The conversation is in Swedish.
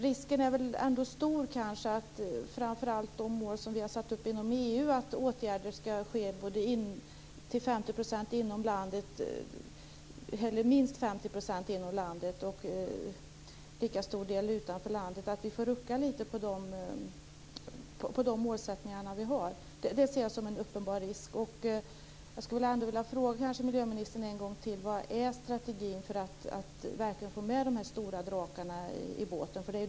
Risken är nog stor att vi får rucka lite framför allt på de mål vi har satt upp inom EU, dvs. att åtgärder ska ske till minst 50 % inom landet och till lika stor del utanför landet. Det ser jag som en uppenbar risk. Vad är strategin för att verkligen få med de här stora drakarna i båten?